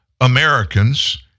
Americans